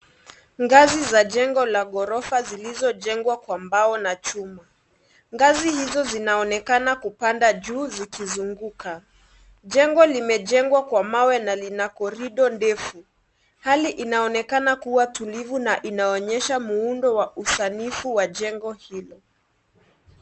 Ngazi za jengo la ghorofa zilizojengwa kwa mbao na chuma. Ngazi hizo zinanaonekana kupanda juu zikizunguka. Jengo limejengwa kwa mawe na lina korido ndefu. Hali inaonekana kuwa tulivu na inaonyesha muundo wa usanifu wa jengo hilo.